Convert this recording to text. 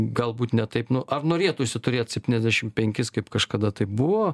galbūt ne taip nu ar norėtųsi turėt septyniasdešim penkis kaip kažkada tai buvo